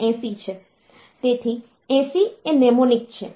તેથી 80 એ નેમોનિક છે